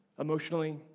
Emotionally